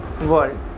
world